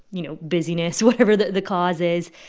you know, busyness, whatever the the cause is.